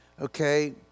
Okay